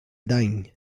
dany